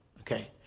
Okay